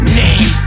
name